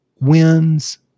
wins